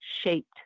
shaped